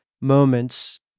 moments